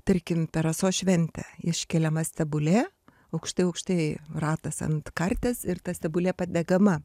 tarkim per rasos šventę iškeliama stebulė aukštai aukštai ratas ant karties ir ta stebulė padegama